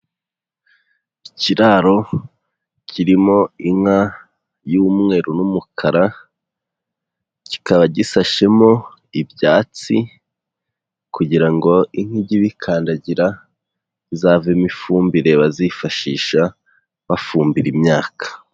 Ikiraro kirimo inka y'umweru n'umukara, kikaba gisashemo ibyatsi kugira ngo inka ijye ibikandagira, bizavemo ifumbire bazifashisha, bafumbira imyaka.